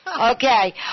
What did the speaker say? okay